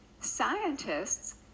Scientists